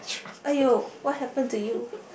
!aiyo! what happen to you